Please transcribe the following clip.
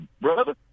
brother